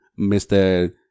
Mr